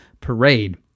Parade